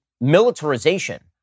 militarization